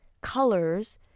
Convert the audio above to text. colors